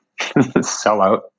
sellout